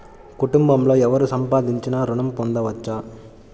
కుటుంబంలో ఎవరు సంపాదించినా ఋణం పొందవచ్చా?